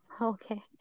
Okay